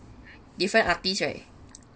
different artist right